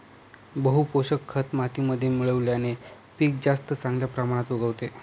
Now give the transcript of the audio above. बहू पोषक खत मातीमध्ये मिळवल्याने पीक जास्त चांगल्या प्रमाणात उगवते